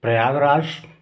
Prayagraj